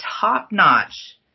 top-notch